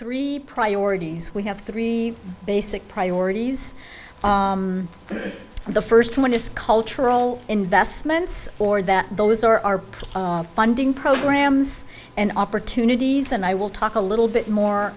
three priorities we have three basic priorities and the first one is cultural investments or that those are funding programs and opportunities and i will talk a little bit more